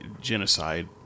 genocide